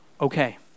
Okay